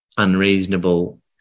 unreasonable